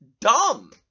dumb